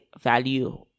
value